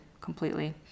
completely